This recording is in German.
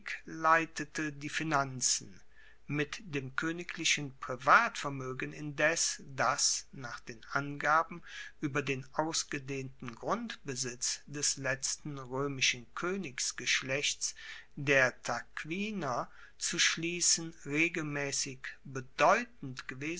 leitete die finanzen mit dem koeniglichen privatvermoegen indes das nach den angaben ueber den ausgedehnten grundbesitz des letzten roemischen koenigsgeschlechts der tarquinier zu schliessen regelmaessig bedeutend